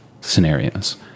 scenarios